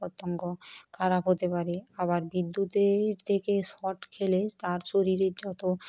পতঙ্গ খারাপ হতে পারে আবার বিদ্যুতের থেকে শক খেলে তার শরীরের যত